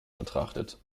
betrachtet